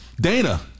Dana